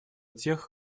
тех